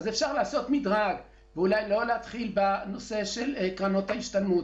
אז אפשר לעשות מדרג ואולי לא להתחיל מקרנות ההשתלמות.